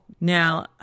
Now